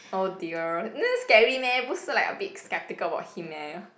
!oh-dear! scary meh 不是 like a bit sceptical about him meh